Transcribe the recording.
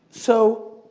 so,